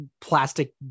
plastic